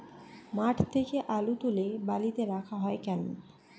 মাঠ থেকে আলু তুলে বালিতে রাখা হয় কেন?